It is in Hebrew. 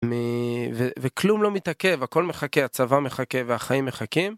וכלום לא מתעכב הכל מחכה, הצבא מחכה והחיים מחכים.